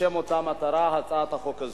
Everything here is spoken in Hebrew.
לשם אותה מטרה, הצעת החוק הזאת.